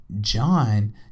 John